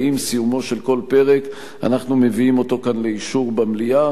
ועם סיומו של כל פרק אנחנו מביאים אותו כאן לאישור במליאה.